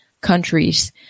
countries